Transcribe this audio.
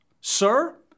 Sir